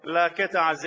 לקטע הזה,